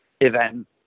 Event